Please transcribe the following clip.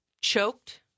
choked